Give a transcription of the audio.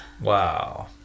Wow